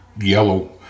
Yellow